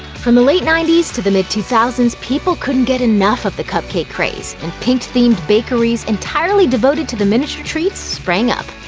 from the late ninety s to the mid two thousand s, people couldn't get enough of the cupcake craze, and pink-themed bakeries entirely devoted to the miniature treats sprang up.